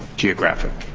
geographic,